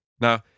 Now